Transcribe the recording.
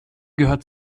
gehört